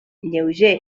lleuger